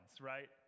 right